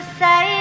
say